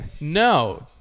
No